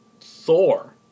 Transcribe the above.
Thor